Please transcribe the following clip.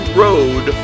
road